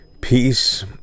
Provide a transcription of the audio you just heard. peace